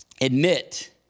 admit